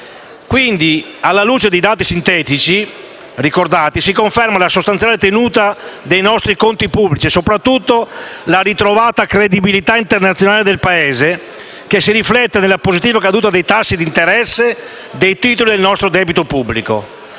Alla luce dei dati sintetici ricordati, si conferma la sostanziale tenuta dei nostri conti pubblici e soprattutto la ritrovata credibilità internazionale del Paese, che si riflette nella positiva caduta dei tassi d'interesse sui titoli del nostro debito pubblico.